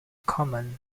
common